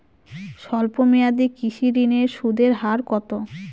স্বল্প মেয়াদী কৃষি ঋণের সুদের হার কত?